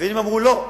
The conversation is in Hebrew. היוונים אמרו: לא,